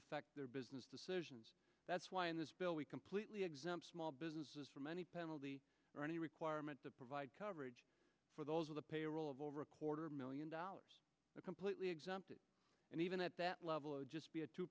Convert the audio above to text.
affect their business decisions that's why in this bill we completely exempt small businesses from any penalty or any requirement to provide coverage for those of the payroll of over a quarter million dollars completely exempt and even at that level